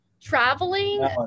Traveling